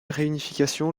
réunification